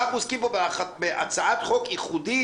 אנחנו עוסקים פה בהצעת חוק ייחודית,